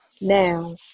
now